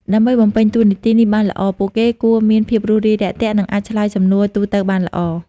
ដើម្បីបំពេញតួនាទីនេះបានល្អ ពួកគេគួរមាន ភាពរួសរាយរាក់ទាក់ និងអាច ឆ្លើយសំណួរទូទៅបានល្អ។